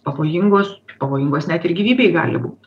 pavojingos pavojingos net ir gyvybei gali būt